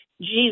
jesus